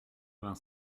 vingt